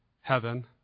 heaven